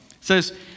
says